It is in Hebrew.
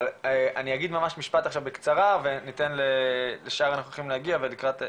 אבל אני אגיד ממש משפט עכשיו בקצרה ונתן לשאר הנוכחים לדבר,